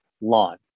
lawn